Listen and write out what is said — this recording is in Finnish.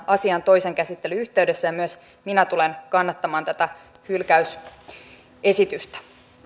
asian toisen käsittelyn yhteydessä myös minä tulen kannattamaan tätä hylkäysesitystä